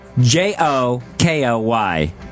J-O-K-O-Y